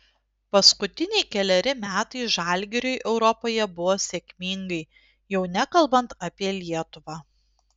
paskutiniai keleri metai žalgiriui europoje buvo sėkmingai jau nekalbant apie lietuvą